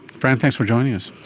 fran, thanks for joining us.